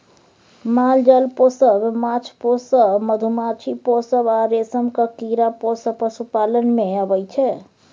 माल जाल पोसब, माछ पोसब, मधुमाछी पोसब आ रेशमक कीरा पोसब पशुपालन मे अबै छै